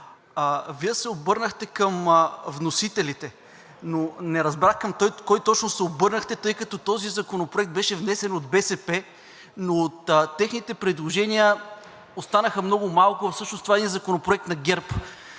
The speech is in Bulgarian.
Вие се обърнахте към вносителите, но не разбрах към кой точно се обърнахте, тъй като този законопроект беше внесен от БСП, но от техните предложения останаха много малко и всъщност това е законопроект на ГЕРБ.